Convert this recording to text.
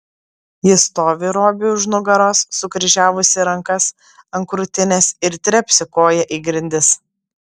ji stovi robiui už nugaros sukryžiavusi rankas ant krūtinės ir trepsi koja į grindis